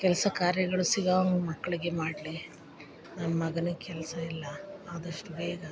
ಕೆಲಸ ಕಾರ್ಯಗಳು ಸಿಗೋವಂಗ್ ಮಕ್ಳಿಗೆ ಮಾಡಲಿ ನನ್ನ ಮಗನಿಗೆ ಕೆಲಸ ಇಲ್ಲ ಆದಷ್ಟು ಬೇಗ